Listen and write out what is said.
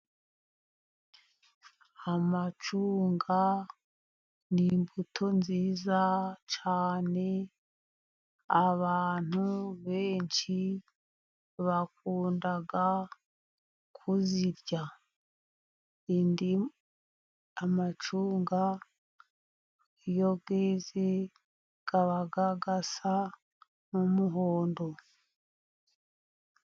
Amacunga ni imbuto nziza cyane, abantu benshi bakunda kuzirya. Amacunga iyo yeze aba asa n'umuhondo.